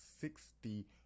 sixty